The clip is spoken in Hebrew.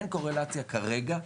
אין קורלציה, כרגע,